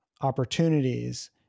opportunities